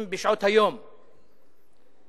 בבקשה, חבר הכנסת.